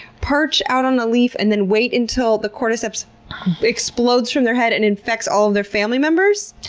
perch out on the leaf, and then wait until the cordyceps explodes from their head and infects all of their family members?